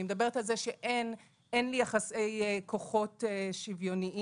אין יחסי כוחות שוויוניים.